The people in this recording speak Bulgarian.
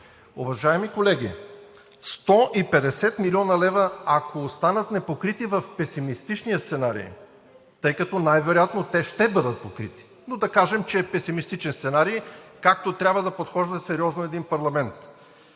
Уважаеми колеги, 150 млн. лв., ако останат непокрити в песимистичния сценарий, тъй като най-вероятно те ще бъдат покрити, но да кажем, че е песимистичен сценарий, както трябва да подхожда сериозно един парламент,